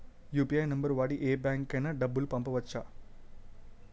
UPI number వాడి యే బ్యాంకుకి అయినా డబ్బులు పంపవచ్చ్చా?